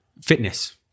fitness